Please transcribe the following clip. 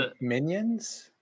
minions